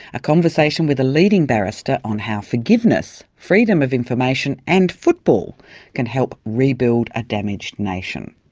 a conversation with a leading barrister on how forgiveness, freedom of information and football can help rebuild a damaged nation.